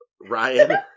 Ryan